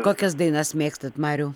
kokias dainas mėgstat mariau